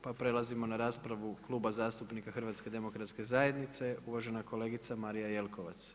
Prelazimo na raspravu Kluba zastupnika HDZ-a uvažena kolegica Marija Jelkovac.